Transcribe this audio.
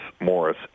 Morris